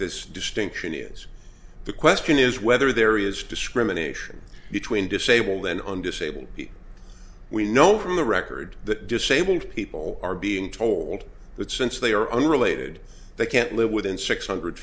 this distinction is the question is whether there is discrimination between disabled and on disabled we know from the record that disabled people are being told that since they are unrelated they can't live within six hundred